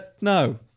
no